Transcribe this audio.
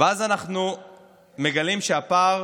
ואז אנחנו מגלים שהפער